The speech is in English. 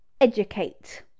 educate